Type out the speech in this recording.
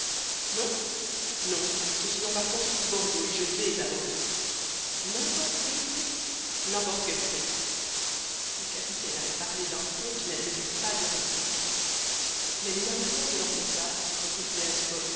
non non je suis en partance pour bordeaux et je vais à bordeaux n'importe quel prix n'importe quel prix le capitaine avait parlé d'un ton qui n'admettait pas de réplique mais les armateurs de l'henrietta reprit phileas fogg